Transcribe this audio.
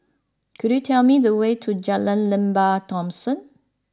could you tell me the way to Jalan Lembah Thomson